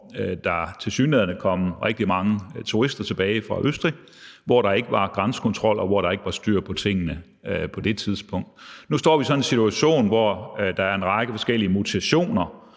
hvor der tilsyneladende kom rigtig mange turister tilbage fra Østrig, og hvor der ikke var grænsekontrol, og hvor der ikke var styr på tingene på det tidspunkt. Nu står vi så i en situation, hvor der er en række forskellige mutationer